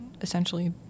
essentially